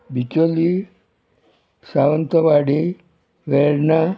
Bicholim Sawantwadi Verna